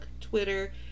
Twitter